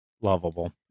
lovable